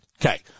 Okay